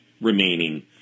remaining